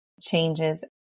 changes